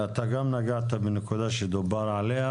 אתה גם נגעת בנקודה שדובר עליה